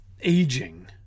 aging